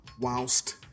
Whilst